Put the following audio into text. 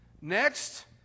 Next